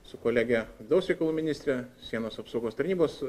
su kolege vidaus reikalų ministre sienos apsaugos tarnybos